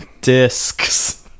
Discs